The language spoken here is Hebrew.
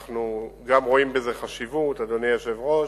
אנחנו גם רואים בזה חשיבות, אדוני היושב-ראש,